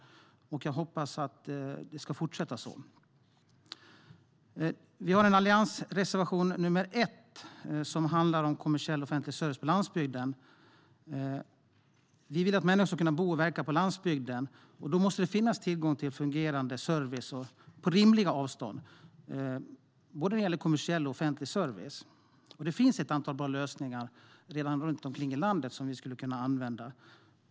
Jag hoppas att det ska fortsätta så. Vi har en alliansreservation nr 1 som handlar om kommersiell och offentlig service på landsbygden. Vi vill att människor ska kunna bo och verka på landsbygden. Då måste det finnas tillgång till en fungerande service på rimliga avstånd när det gäller både kommersiell och offentlig service. Det finns ett antal bra lösningar runt omkring i landet som vi skulle kunna använda.